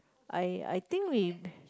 I I think we